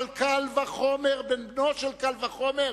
אבל קל וחומר בן בנו של קל וחומר,